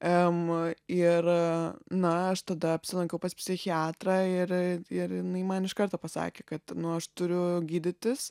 em ir na aš tada apsilankiau pas psichiatrą ir ir jinai man iš karto pasakė kad nu aš turiu gydytis